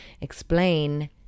explain